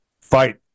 fight